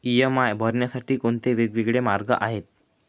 EMI भरण्यासाठी कोणते वेगवेगळे मार्ग आहेत?